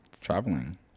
Traveling